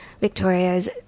Victoria's